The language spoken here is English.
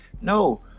no